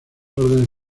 órdenes